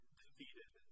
defeated